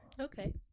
Okay